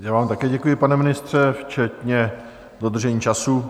Já vám také děkuji, pane ministře, včetně dodržení času.